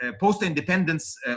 post-independence